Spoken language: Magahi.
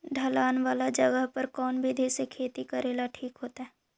ढलान वाला जगह पर कौन विधी से खेती करेला ठिक होतइ?